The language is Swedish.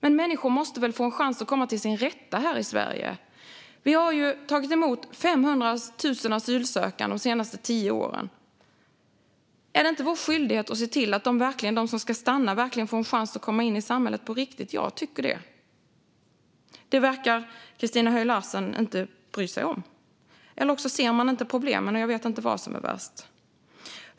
Men människor måste väl få en chans att komma till sin rätt här i Sverige? Vi har tagit emot 500 000 asylsökande de senaste tio åren. Är det inte vår skyldighet att se till att de som ska stanna verkligen får en chans att komma in i samhället på riktigt? Jag tycker det, men det verkar Christina Höj Larsen inte bry sig om eller också ser hon inte problemen, och jag vet inte vad som är värst.